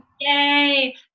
Yay